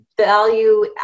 value